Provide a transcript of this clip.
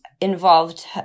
involved